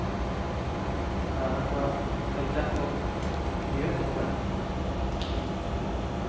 ᱟᱨ ᱟᱠᱚᱣᱟᱜ ᱠᱟᱞᱪᱟᱨ ᱠᱚ ᱡᱤᱣᱮᱫ ᱫᱚᱦᱚᱭᱟ